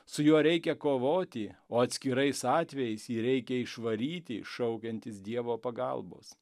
su juo reikia kovoti o atskirais atvejais jį reikia išvaryti šaukiantis dievo pagalbos